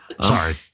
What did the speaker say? Sorry